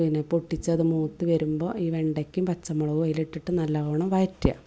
പിന്നെ പൊട്ടിച്ചത് മൂത്തു വരുമ്പോൾ ഈ വെണ്ടയ്ക്കയും പച്ചമുളകും അതിലിട്ടിട്ട് നല്ലവണ്ണം വഴറ്റുക